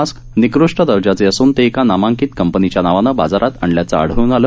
जप्त केलेले मास्क निकृष्ट दर्जाचे असून ते एका नामांकित कंपनीच्या नावानं बाजारात आणल्याचं आढळून आलं